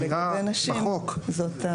אבל לגבי נשים זו ההוראה.